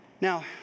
Now